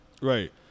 Right